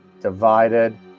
divided